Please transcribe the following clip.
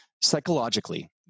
psychologically